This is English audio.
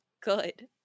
good